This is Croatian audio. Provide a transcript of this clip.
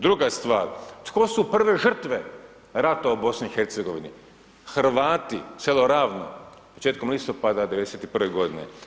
Druga stvar, tko su prve žrtve rata u BiH, Hrvati, selo Ravno, početkom listopada 91.-ve godine?